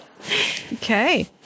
Okay